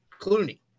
Clooney